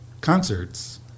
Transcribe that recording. concerts